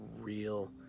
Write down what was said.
real